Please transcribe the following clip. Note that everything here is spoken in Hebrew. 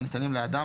הניתנים לאדם,